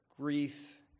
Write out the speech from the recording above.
grief